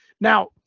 Now